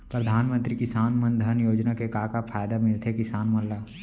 परधानमंतरी किसान मन धन योजना के का का फायदा मिलथे किसान मन ला?